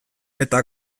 eta